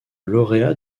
lauréat